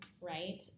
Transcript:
right